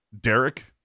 Derek